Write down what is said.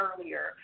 earlier